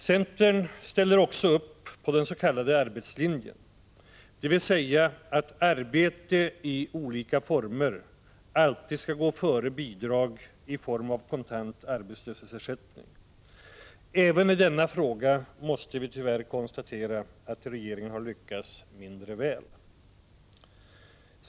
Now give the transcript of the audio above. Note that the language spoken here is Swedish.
Centern ställer också upp på den s.k. arbetslinjen, dvs. att arbete i olika former alltid skall gå före bidrag i form av kontant arbetslöshetsersättning. Även i denna fråga måste vi tyvärr konstatera att regeringen har lyckats mindre väl.